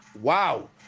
wow